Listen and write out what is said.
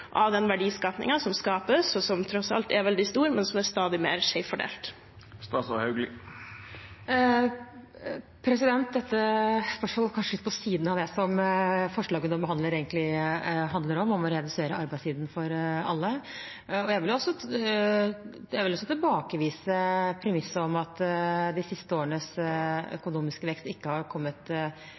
av de verdiene som skapes, og som tross alt er veldig store, men som er stadig mer skjevfordelt? Dette spørsmålet er kanskje litt på siden av det som forslaget vi behandler, egentlig handler om, å redusere arbeidstiden for alle. Jeg vil tilbakevise det premisset at de siste årenes økonomiske vekst bare har kommet